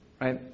right